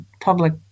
public